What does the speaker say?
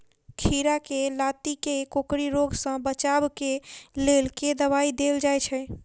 खीरा केँ लाती केँ कोकरी रोग सऽ बचाब केँ लेल केँ दवाई देल जाय छैय?